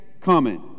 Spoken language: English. Comment